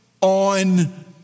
on